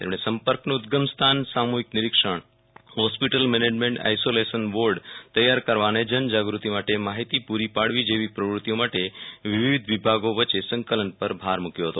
તેમણે સંપર્કનું ઉદગમસ્થાન સામૂહિક નિરીક્ષણ હોસ્પિટલ મેનેજમેન્ટ આઈસોલેશન વોર્ડ તૈયાર કરવા અને જનજાગૃતિ માટે માહિતી પુરી પાડવી જેવી પ્રવૃતિઓ માટે વિવિધ વિભાગો વચ્ચે સંકલન પર ભાર મૂક્યો હતો